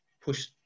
push